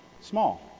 small